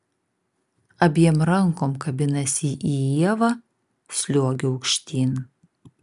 abiem rankom kabinasi į ievą sliuogia aukštyn